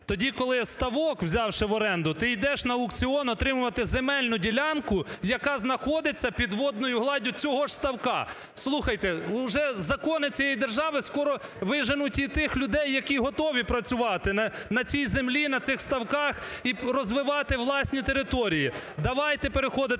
Тоді, коли ставок взявши в оренду, ти йдеш на аукціон отримувати земельну ділянку, яка знаходиться під водною гладдю цього ж ставка. Слухайте, уже закони цієї держави скоро виженуть і тих людей, які готові працювати на цій землі, на цих ставках і розвивати власні території. Давайте переходити